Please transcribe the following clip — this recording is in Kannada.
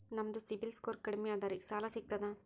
ನಮ್ದು ಸಿಬಿಲ್ ಸ್ಕೋರ್ ಕಡಿಮಿ ಅದರಿ ಸಾಲಾ ಸಿಗ್ತದ?